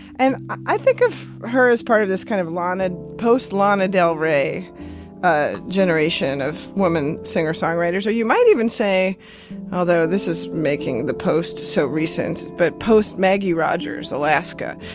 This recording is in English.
and i think of her as part of this kind of lana post-lana del rey ah generation of women singer-songwriters. or you might even say although, this is making the post so recent but post-maggie rogers alaska.